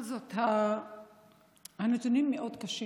בכל זאת, הנתונים מאוד קשים.